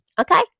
Okay